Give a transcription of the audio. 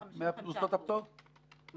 לא